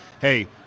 hey